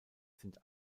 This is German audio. sind